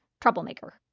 troublemaker